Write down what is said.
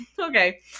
Okay